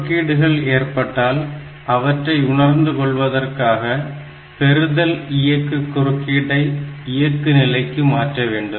குறுக்கீடுகள் ஏற்பட்டால் அவற்றை உணர்ந்து கொள்வதற்காக பெறுதல் இயக்கு குறுக்கீட்டை இயக்கு நிலைக்கு மாற்ற வேண்டும்